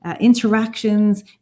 interactions